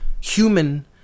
human